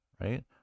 right